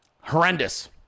Horrendous